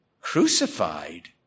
Crucified